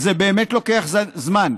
זה באמת לוקח זמן,